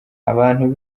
abantu